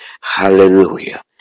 Hallelujah